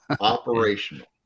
operational